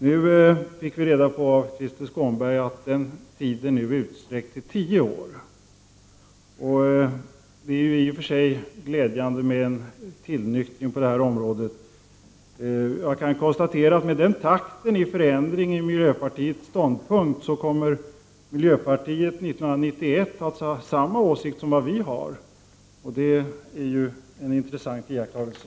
Nu fick vi genom Krister Skånberg reda på att den tiden är utsträckt till tio år. I och för sig är det glädjande med en tillnyktring på det här området. När det gäller takten och förändringar av miljöpartiets ståndpunkt kan jag konstatera att miljöpartiet 1991 kommer att ha samma åsikt som vi, och det är en intressant iakttagelse.